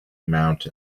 mountain